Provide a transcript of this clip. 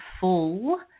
full